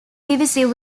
divisive